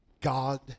God